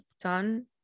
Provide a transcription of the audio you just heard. done